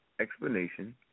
explanation